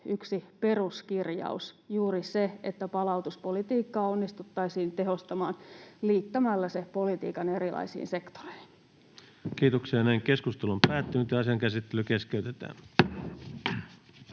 yksi peruskirjaus, juuri se, että palautuspolitiikkaa onnistuttaisiin tehostamaan liittämällä se politiikan erilaisiin sektoreihin. [Speech 261] Speaker: Ensimmäinen varapuhemies Antti